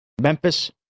Memphis